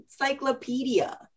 encyclopedia